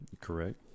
Correct